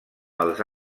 els